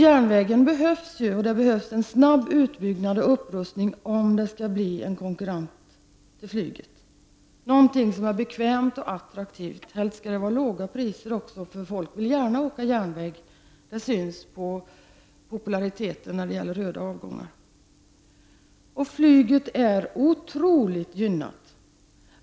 Järnvägen behövs, och det behövs en snabb utbyggnad och upprustning om den skall kunna bli en konkurrent till flyget, någonting som är bekvämt och attraktivt — helst skall det vara låga priser också. Folk vill gärna åka järnväg — det syns på de röda avgångarnas popularitet. Flyget är otroligt gynnat.